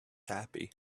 happy